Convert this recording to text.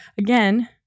again